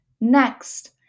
Next